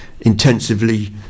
intensively